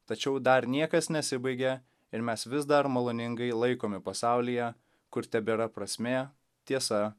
tačiau dar niekas nesibaigia ir mes vis dar maloningai laikomi pasaulyje kur tebėra prasmė tiesa